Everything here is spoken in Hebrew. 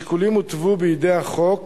השיקולים הותוו בידי החוק